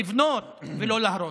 צריך לבנות ולא להרוס.